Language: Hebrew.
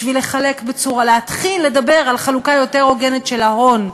בשביל להתחיל לדבר על חלוקה יותר הוגנת של ההון,